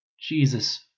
Jesus